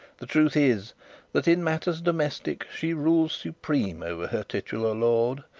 the truth is that in matters domestic she rules supreme over her titular lord,